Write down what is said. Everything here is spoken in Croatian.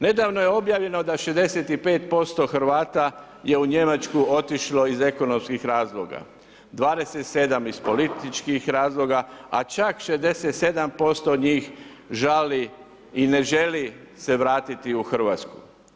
Nedavno je objavljeno da 65% Hrvata je u Njemačku otišlo iz ekonomskih razloga, 27 iz političkih razloga, a čak 67% njih žali i ne želi se vratiti u Hrvatsku.